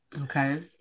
Okay